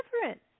different